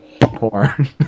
porn